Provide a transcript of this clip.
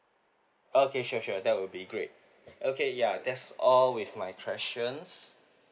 okay sure sure that will be great okay ya that's all with my questions